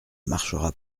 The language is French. marchera